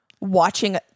watching